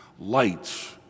lights